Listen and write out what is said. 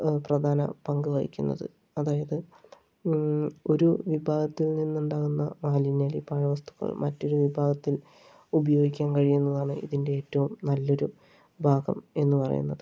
പ്രധാന പങ്കുവഹിക്കുന്നത് അതായത് ഒരു വിഭാഗത്തിൽ നിന്ന് ഉണ്ടാകുന്ന മാലിന്യം അല്ലെങ്കിൽ പാഴ്വസ്തുക്കൾ മറ്റൊരു വിഭാഗത്തിൽ ഉപയോഗിക്കാൻ കഴിയുന്നതാണ് ഇതിൻറെ ഏറ്റവും നല്ലൊരു ഭാഗം എന്ന് പറയുന്നത്